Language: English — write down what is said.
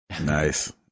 nice